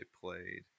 played